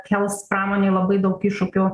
kels pramonei labai daug iššūkių